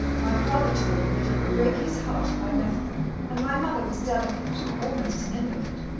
my father told me that it would break his heart if i left them, and my mother was delicate almost an invalid.